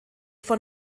von